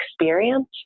experience